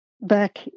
back